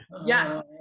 Yes